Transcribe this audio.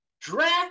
draft